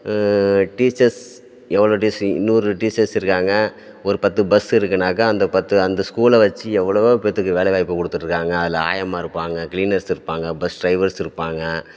teachers எவ்வளோ teach நூறு teachers இருக்காங்க ஒரு பத்து பஸ் இருக்குதுன்னாக்கா அந்த பத்து அந்த ஸ்கூலை வச்சு எவ்வளவோ பேர்த்துக்கு வேலை வாய்ப்பு கொடுத்துட்டுருக்காங்க அதில் ஆயம்மா இருப்பாங்க க்ளீனர்ஸ் இருப்பாங்க பஸ் ட்ரைவர்ஸ் இருப்பாங்க